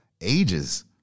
ages